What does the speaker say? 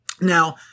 Now